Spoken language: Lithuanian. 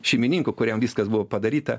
šeimininko kuriam viskas buvo padaryta